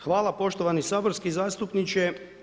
Hvala poštovani saborski zastupniče.